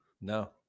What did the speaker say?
No